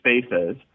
spaces